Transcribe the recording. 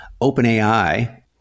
OpenAI